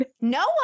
No